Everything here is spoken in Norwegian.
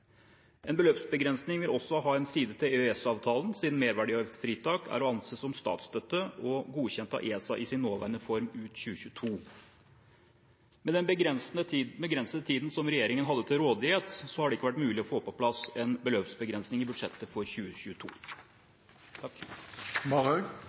En beløpsbegrensning vil også være en side ved EØS-avtalen, siden merverdiavgiftsfritak er å anse som statsstøtte og godkjent av ESA i sin nåværende form ut 2022. Med den begrensede tiden regjeringen har hatt til rådighet, har det ikke vært mulig å få på plass en beløpsgrense i budsjettet for 2022.